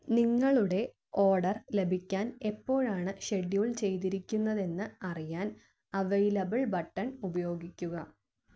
നിങ്ങളുടെ ഓർഡർ ലഭിക്കാൻ എപ്പോഴാണ് ഷെഡ്യൂൾ ചെയ്തിരിക്കുന്നതെന്ന് അറിയാൻ അവൈലബിൾ ബട്ടൺ ഉപയോഗിക്കൂ